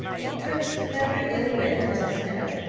it drifts with every ill wind like snow,